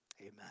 amen